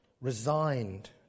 resigned